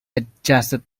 adjusted